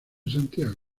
santiago